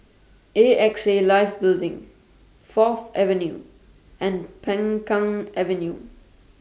A X A Life Building Fourth Avenue and Peng Kang Avenue